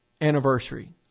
anniversary